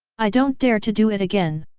i don't dare to do it again!